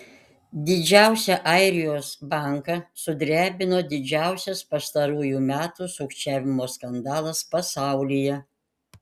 didžiausią airijos banką sudrebino didžiausias pastarųjų metų sukčiavimo skandalas pasaulyje